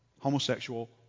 homosexual